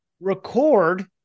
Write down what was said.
record